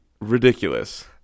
ridiculous